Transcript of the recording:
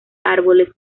árboles